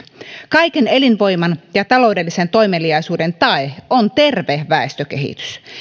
kaiken elinvoiman ja taloudellisen toimeliaisuuden tae on terve väestökehitys